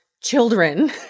children